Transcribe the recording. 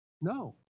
No